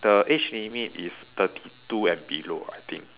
the age limit is thirty two and below I think